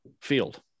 field